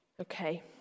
Okay